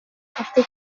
هفته